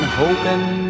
hoping